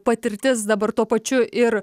patirtis dabar tuo pačiu ir